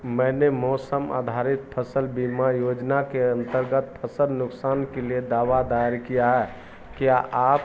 मैंने मौसम आधारित फ़सल बीमा योजना के अन्तर्गत फ़सल नुकसान के लिए दावा दायर किया है क्या आप कृपया इसकी प्रगति के बारे में अपडेट दे सकते हैं मेरी पॉलिसी सँख्या ज़ीरो चार तेइस तेरह चौरानवे पच्चीस एकासी है